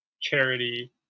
charity